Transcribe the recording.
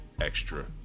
extra